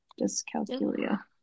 Dyscalculia